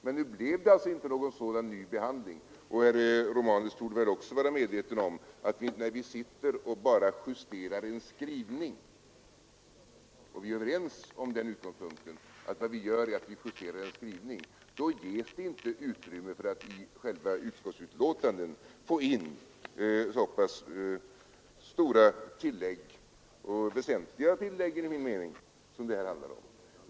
Men nu blev det alltså inte någon ny behandling, och herr Romanus borde väl också vara medveten om att när vi sitter och justerar en skrivning — och vi är överens om att vad vi gör är att bara justera skrivningen — då ges det inte utrymme för att i själva utskottsbetänkandet få in så pass stora och enligt min mening väsentliga tillägg som det här handlar om.